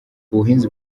ubuhinzi